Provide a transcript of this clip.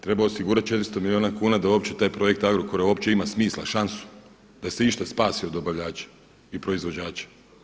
Treba osigurati 400 milijuna kuna da uopće taj projekt Agrokora uopće ima smisla, šansu, da se išta spasi od dobavljača i proizvođača.